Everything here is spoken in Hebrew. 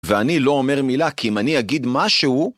ואני לא אומר מילה, כי אם אני אגיד משהו...